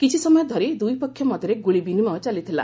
କିଛି ସମୟ ଧରି ଦୁଇ ପକ୍ଷ ମଧ୍ୟରେ ଗୁଳି ବିନିମୟ ଚାଲିଥିଲା